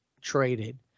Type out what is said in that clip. traded